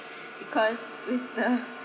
because with the